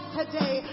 today